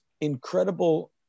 incredible